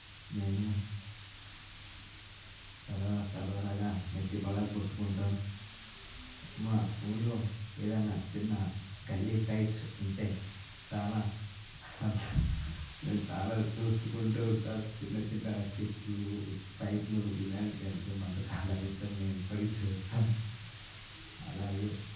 మేము సరదా సరదాగా నెత్తి పగులకొట్టుకుంటాం మా ఊర్లో ఏదైనా చిన్న గల్లీ ఫైట్స్ ఉంటే చాలా చాలా చూసుకుంటు ఉంటాం చిన్నచిన్న ఫైట్లు ఇలాంటివి అంటే మాకు చాలా ఇష్టం మేము ఇప్పటికీ చూస్తాం అలాగే